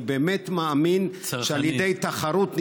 אני באמת מאמין שעל ידי תחרות, צרכני.